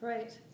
Right